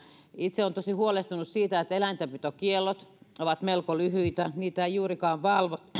itse olen tosi huolestunut siitä että eläintenpitokiellot ovat melko lyhyitä ja niitä ei juurikaan valvota